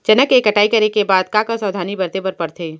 चना के कटाई करे के बाद का का सावधानी बरते बर परथे?